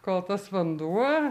kol tas vanduo